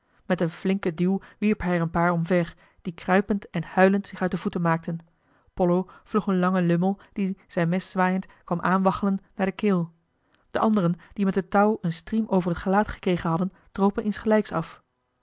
met een flinken duw wierp hij er een paar omver die kruipend en huilend zich uit de voeten maakten pollo vloog een langen lummel die zijn mes zwaaiend kwam aanwaggelen naar de keel de anderen die met het touw een striem over het gelaat gekregen hadden dropen insgelijks af